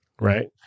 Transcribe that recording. Right